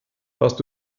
hast